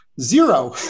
zero